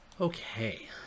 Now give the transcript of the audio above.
Okay